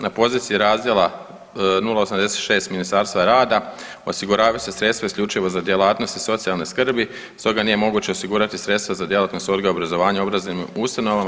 Na poziciji razdjela 086 Ministarstva rada osiguravaju se sredstva isključivo za djelatnosti socijalne skrbi stoga nije moguće osigurati sredstva za djelatnost odgoja i obrazovanja u obrazovnim ustanovama.